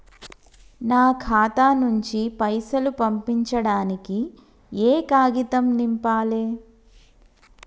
నా ఖాతా నుంచి పైసలు పంపించడానికి ఏ కాగితం నింపాలే?